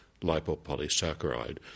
lipopolysaccharide